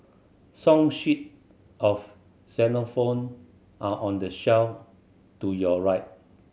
song sheet of xylophone are on the shelf to your right